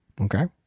Okay